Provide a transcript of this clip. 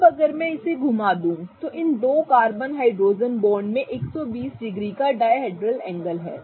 अब अगर मैं इसे ऐसे घूमा दूं तो इन दो कार्बन हाइड्रोजन बॉन्ड में 120 डिग्री का डायहेड्रल एंगल है